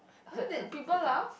then that people laugh